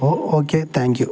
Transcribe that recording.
oh okay thank you